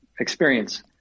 experience